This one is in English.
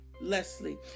Leslie